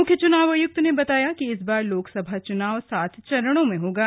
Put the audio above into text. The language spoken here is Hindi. मुख्य चुनाव आयुक्त ने बताया कि इस बार लोकसभा चुनाव सात चरणों में होंगे